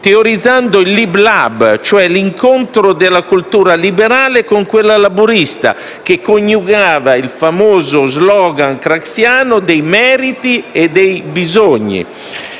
cosiddetto lib-lab, cioè l'incontro della cultura liberale con quella laburista, che coniugava il famoso *slogan* craxiano dei meriti e dei bisogni,